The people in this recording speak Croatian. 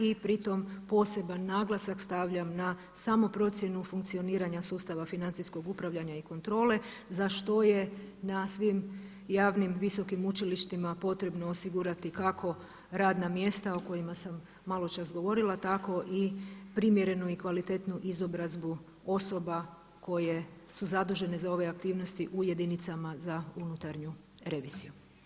I pri tome poseban naglasak stavljam na samoprocijenu funkcioniranja sustava financijskog upravljanja i kontrole za što je na svim javnim, visokim učilištima potrebno osigurati kako radna mjesta o kojima sam maločas govorila a tako i primjerenu i kvalitetnu izobrazbu osoba koje su zadužene za ove aktivnosti u jedinicama za unutarnju reviziju.